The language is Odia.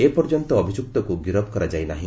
ଏ ପର୍ଯ୍ୟନ୍ତ ଅଭିଯୁକ୍ତକୁ ଗିରଫ୍ କରାଯାଇ ନାହି